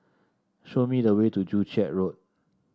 show me the way to Joo Chiat Road